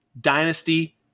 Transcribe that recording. Dynasty